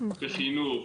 בחינוך,